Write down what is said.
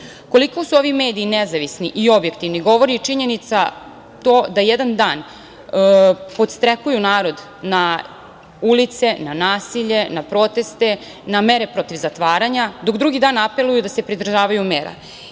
Koliko su ovi mediji nezavisni i objektivni govori činjenica to da jedan dan podstrekuju narod na ulice, na nasilje, na proteste, na mere protiv zatvaranja, dok drugi dan apeluju da se pridržavaju mera. Ovom